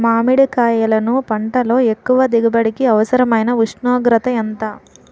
మామిడికాయలును పంటలో ఎక్కువ దిగుబడికి అవసరమైన ఉష్ణోగ్రత ఎంత?